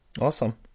Awesome